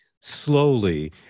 slowly